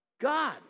God